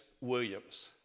Williams